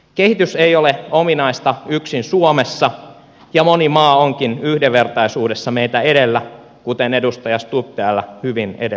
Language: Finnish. kehitys ei ole ominaista yksin suomelle ja moni maa onkin yhdenvertaisuudessa meitä edellä kuten edustaja stubb täällä hyvin edellä totesi